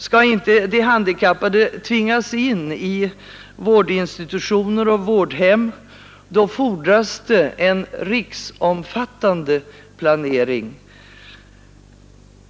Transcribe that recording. Skall inte de handikappade tvingas in i vårdinstitutioner och vårdhem, fordras det en riksomfattande planering.